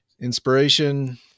Inspiration